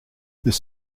this